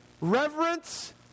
reverence